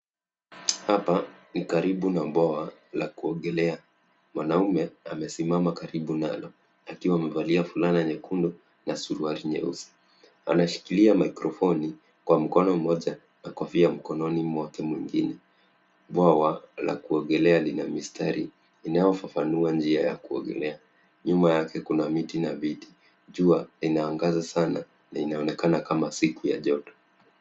Hapa ni karibu na bwawa la kuogelea. Mwanaume amesimama karibu nayo akiwa amevalia fulana nyekundu na suruali nyeusi. Anashikilia microphone kwa mkono mmoja na kofia mkononi mwake mwingine. Bwawa la kuogelea lina mistari inayofafanua njia ya kuogelea. Nyuma yake kuna miti na viti. Jua inaangaza sana na inaonekana kama siku ya joto.